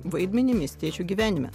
vaidmenį miestiečių gyvenime